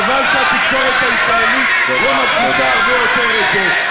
חבל שהתקשורת הישראלית לא מקדישה הרבה יותר לזה.